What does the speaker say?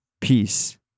Peace